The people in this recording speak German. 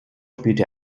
spielte